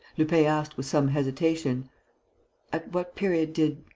lupin asked, with some hesitation at what period did.